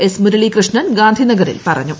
S Muralikrishnan ഗാന്ധിനഗറിൽ പറഞ്ഞു